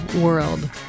world